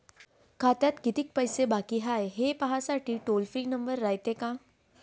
खात्यात कितीक पैसे बाकी हाय, हे पाहासाठी टोल फ्री नंबर रायते का?